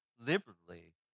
liberally